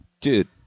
dude